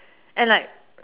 and like